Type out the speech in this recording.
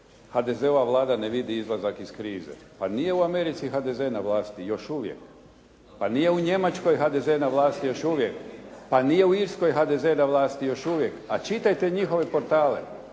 HDZ-ova Vlada ne vidi izlazak iz krize. Pa nije u Americi HDZ na vlasti, još uvijek. Pa nije u Njemačkoj HDZ na vlasti još uvije, pa nije u Irskoj HDZ još uvijek, a čitajte njihove portale.